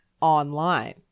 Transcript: online